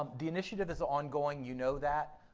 um the initiative is ongoing, you know that,